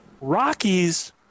Rockies